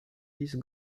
dix